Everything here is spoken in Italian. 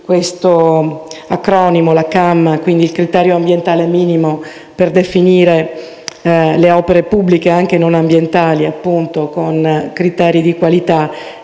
l'acronimo CAM, ovvero il criterio ambientale minimo, per definire le opere pubbliche, anche non ambientali, con criteri di qualità,